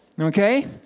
Okay